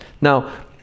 Now